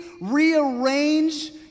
rearrange